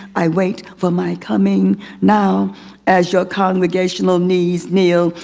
i wait for my coming now as your congregational knees kneel.